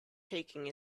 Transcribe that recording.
taking